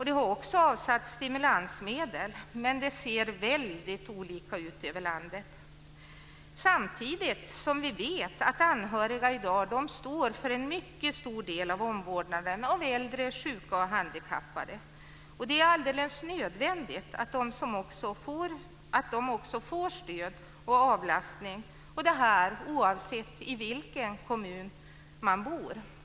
Det har också avsatts stimulansmedel. Men det ser väldigt olika ut över landet. Vi vet att anhöriga i dag står för en mycket stor del av omvårdnaden av äldre, sjuka och handikappade. Det är alldeles nödvändigt att de får stöd och avlastning oavsett i vilken kommun de bor.